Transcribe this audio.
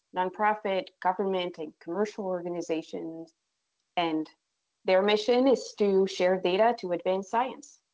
nonprofit, government, and commercial organizations and their mission is to share data to advance science.